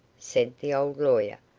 said the old lawyer.